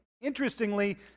interestingly